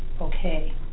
okay